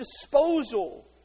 disposal